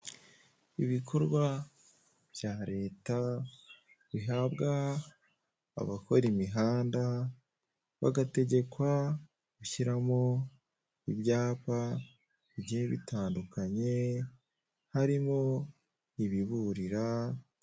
Ibikorwa bya Leta bihabwa abakora imihanda bagategekwa gushyiramo ibyapa bigiye bitandukanye harimo ibiburira,...